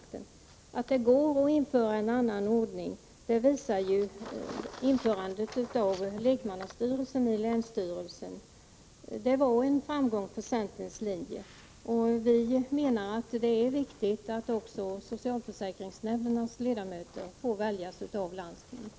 Att det går att införa en annan ordning visar inrättandet av länsstyrelsernas lekmannastyrelser. Det var en framgång för centerns linje, och vi menar att det är viktigt att också socialförsäkringsnämndernas ledamöter får väljas av landstingen.